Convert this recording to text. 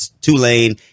Tulane